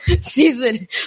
season